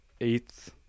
eighth